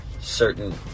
certain